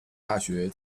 大学